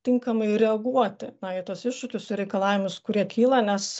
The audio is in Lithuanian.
tinkamai reaguoti na į tuos iššūkius ir reikalavimus kurie kyla nes